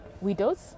widows